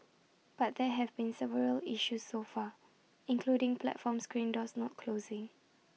but there have been several issues so far including platform screen doors not closing